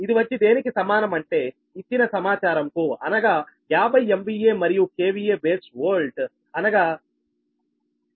ఇది వచ్చి దేనికి సమానం అంటే ఇచ్చిన సమాచారం కు అనగా 50 MVA మరియు KVA బేస్ ఓల్డ్ అనగా 12